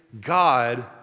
God